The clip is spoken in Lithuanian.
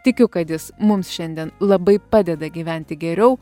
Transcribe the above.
tikiu kad jis mums šiandien labai padeda gyventi geriau